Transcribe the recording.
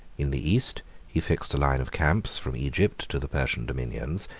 in the east he fixed a line of camps from egypt to the persian dominions,